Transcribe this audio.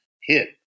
hit